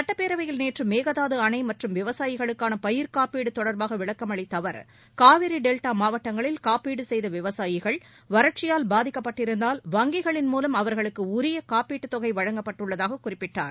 சுட்டப்பேரவையில் நேற்று மேகதாது அணை மற்றும் விவசாயிகளுக்கான பயிர் காப்பீடு தொடர்பாக விளக்கம் அளித்த அவர் காவிரி டெல்டா மாவட்டங்களில் காப்பீடு செய்த விவசாயிகள் வறட்சியால் பாதிக்கப்பட்டிருந்தால் வங்கிகளின் மூலம் அவர்களுக்கு உரிய காப்பீட்டு தொகை வழங்கப்பட்டுள்ளதாக குறிப்பிட்டார்